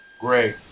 Great